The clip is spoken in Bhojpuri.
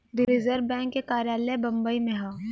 रिज़र्व बैंक के कार्यालय बम्बई में हौ